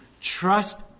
Trust